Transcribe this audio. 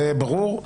זה ברור.